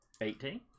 Eighteen